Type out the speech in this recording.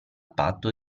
patto